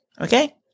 okay